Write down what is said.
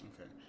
Okay